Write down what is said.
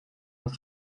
het